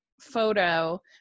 photo